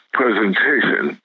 presentation